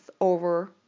over